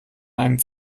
einem